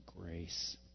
grace